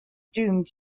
doomed